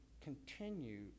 continue